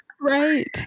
Right